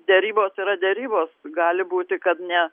derybos yra derybos gali būti kad ne